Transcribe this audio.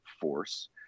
force